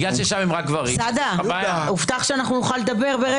סעדה, הובטח שנוכל לדבר ברצף.